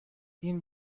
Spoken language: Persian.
این